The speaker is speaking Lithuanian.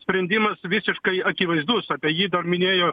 sprendimas visiškai akivaizdus apie jį dar minėjo